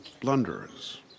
blunderers